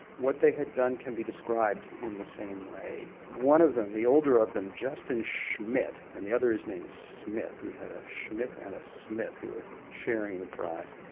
what they had done can be described in the same way. one of them, the older of them, justin schmidt, and the other is named smith, we have a schmidt and a smith who were sharing the prize,